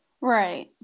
right